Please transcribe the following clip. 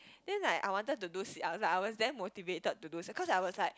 then like I wanted to do sit ups I was damn motivated to do cause I was like